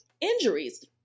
injuries